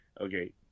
Okay